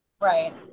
Right